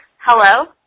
Hello